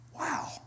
Wow